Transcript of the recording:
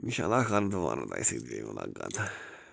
اِنشا اللہ کر دُعا تۅہہِ سٍتۍ بیٚیہِ مُلاقات